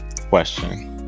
question